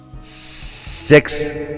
Six